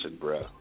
bro